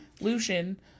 Lucian